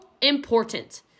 important